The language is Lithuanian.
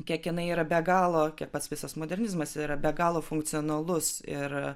kiek jinai yra be galo kiek pats visas modernizmas yra be galo funkcionalus ir